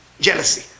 jealousy